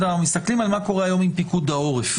אנו מסתכלים על מה קורה היום עם פיקוד העורף.